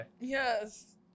Yes